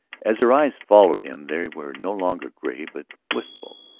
as her eyes followed him they were no longer gay but wistful,